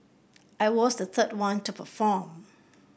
I was the third one to perform